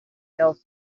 else